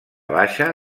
baixa